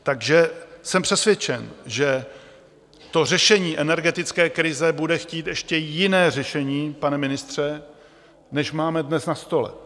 Takže jsem přesvědčen, že to řešení energetické krize bude chtít ještě jiné řešení, pane ministře, než máme dnes na stole.